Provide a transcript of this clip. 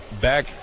back